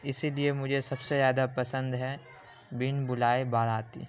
اسی لیے مجھے سب سے زیادہ پسند ہے بن بلائے باراتی